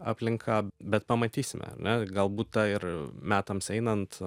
aplinka bet pamatysime ar ne galbūt ta ir metams einant